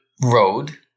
road